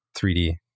3d